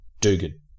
Dugan